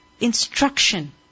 instruction